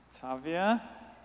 Tavia